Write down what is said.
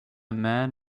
man